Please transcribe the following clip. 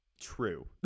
true